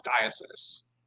diocese